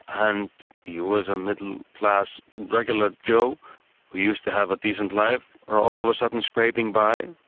and you as a middle-class regular joe who used to have a decent life are all of a sudden scraping by,